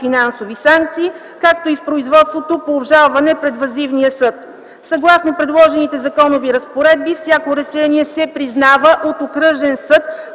финансови санкции, както и производствата по обжалване пред Въззивния съд. Съгласно предложените законови разпоредби всяко решение се признава от окръжен съд